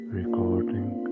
recording